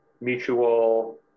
mutual